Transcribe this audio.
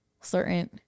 certain